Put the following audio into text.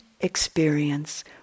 experience